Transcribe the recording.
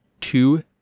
two